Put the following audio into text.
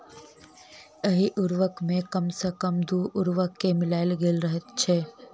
एहि उर्वरक मे कम सॅ कम दू उर्वरक के मिलायल गेल रहैत छै